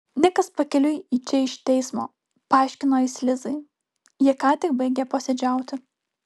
nikas pakeliui į čia iš teismo paaiškino jis lizai jie ką tik baigė posėdžiauti